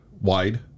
wide